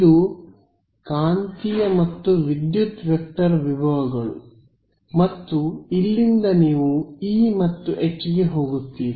ಇವು ಕಾಂತೀಯ ಮತ್ತು ವಿದ್ಯುತ್ ವೆಕ್ಟರ್ ವಿಭವಗಳು ಮತ್ತು ಇಲ್ಲಿಂದ ನೀವು E ಮತ್ತು H ಗೆ ಹೋಗುತ್ತೀರಿ